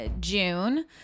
June